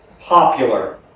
popular